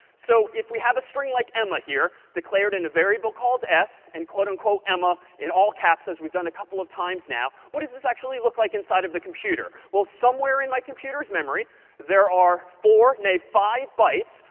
so if we have a string like emma here, declared in a variable called s, and quote unquote, emma in all caps, as we've done a couple of times now. what does this actually look like inside of the computer? well somewhere in my computer's memory there are four, nay, five bytes,